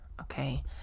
okay